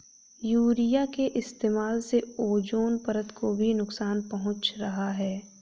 urea के इस्तेमाल से ओजोन परत को भी नुकसान पहुंच रहा है